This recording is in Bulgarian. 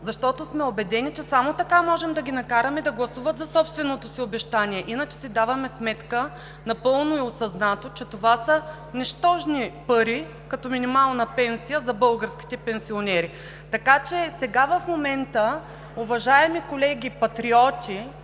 защото сме убедени, че само така можем да ги накараме да гласуват за собственото си обещание. Иначе си даваме сметка напълно и осъзнато, че това са нищожни пари като минимална пенсия за българските пенсионери. Така че в момента, уважаеми колеги Патриоти,